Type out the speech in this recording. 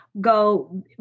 go